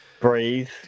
Breathe